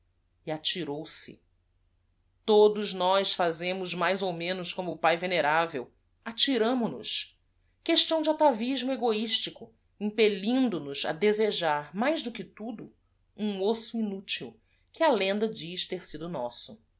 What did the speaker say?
ajbirou se odos nós fazemos mais ou meno como o ae eneravel atira mo nos uestão de atavismo egoistico impellindo nos a desejar mais do que tudo um osso inútil que a lenda diz ter sido nosso